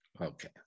Okay